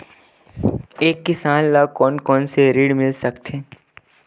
एक किसान ल कोन कोन से ऋण मिल सकथे?